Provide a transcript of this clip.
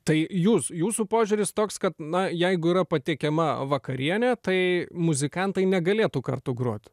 tai jūs jūsų požiūris toks kad na jeigu yra patiekiama vakarienė tai muzikantai negalėtų kartu grot